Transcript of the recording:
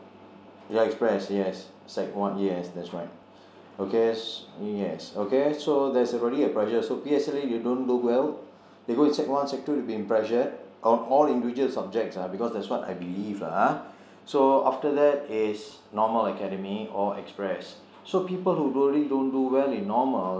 ya express yes sec one yes that's right okay yes okay so there is already a pressure so P_S_L_E you don't do well they go in sec one sec two they are being pressured of all individual subjects ah because that is what I believe ah uh so after that is normal academic or express so people who really don't do well in normal